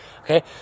okay